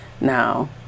now